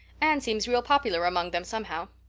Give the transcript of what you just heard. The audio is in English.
anne seems real popular among them, somehow.